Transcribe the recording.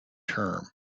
term